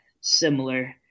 similar